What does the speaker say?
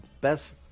Best